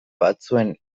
batzuen